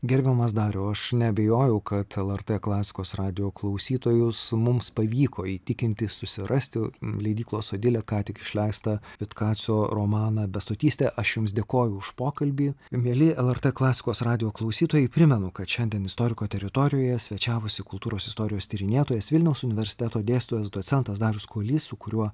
gerbiamas dariau aš neabejojau kad el er tė klasikos radijo klausytojus mums pavyko įtikinti susirasti leidyklos odilė ką tik išleistą vitkacio romaną besotystė aš jums dėkoju už pokalbį mieli el er tė klasikos radijo klausytojai primenu kad šiandien istoriko teritorijoje svečiavosi kultūros istorijos tyrinėtojas vilniaus universiteto dėstytojas docentas darius kuolys su kuriuo